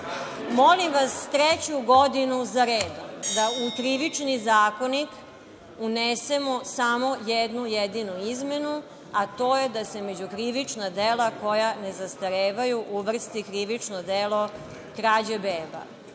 vas treću godinu za redom da u Krivični zakonik unesemo samo jednu jedinu izmenu, a to je da se među krivična dela koja ne zastarevaju uvrsti krivično delo krađe beba.